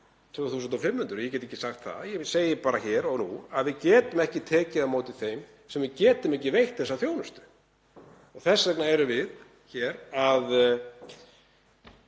2.500. Það get ég ekki sagt en segi hér og nú að við getum ekki tekið á móti þeim sem við getum ekki veitt þessa þjónustu. Þess vegna erum við hér að